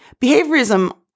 Behaviorism